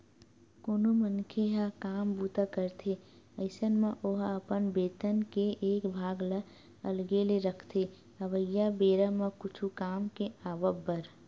कोनो मनखे ह काम बूता करथे अइसन म ओहा अपन बेतन के एक भाग ल अलगे ले रखथे अवइया बेरा म कुछु काम के आवब बर